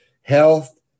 health